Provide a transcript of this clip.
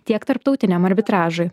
tiek tarptautiniam arbitražui